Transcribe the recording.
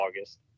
August